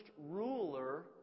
ruler